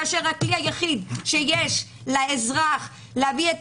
כאשר הכלי היחיד שיש לאזרח להביע את